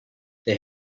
they